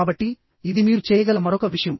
కాబట్టి ఇది మీరు చేయగల మరొక విషయం